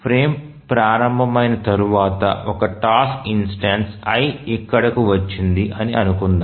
frame ప్రారంభమైన తర్వాత ఈ టాస్క్ ఇన్స్టెన్సు i ఇక్కడకు వచ్చింది అని అనుకుందాం